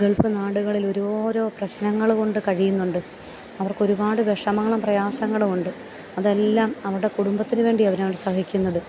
Gulf നാടുകളിൽ ഓരോരൊ പ്രശ്നങ്ങൾ കൊണ്ട് കഴിയുന്നുണ്ട് അവർക്ക് ഒരുപാട് വിഷമങ്ങളും പ്രയാസങ്ങളും ഉണ്ട് അതെല്ലാം അവരുടെ കുടുംബത്തിന് വേണ്ടിയാണ് അവർ സഹിക്കുന്നത്